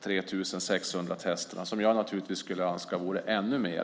3 600 testerna, som jag naturligtvis skulle önska vore ännu fler.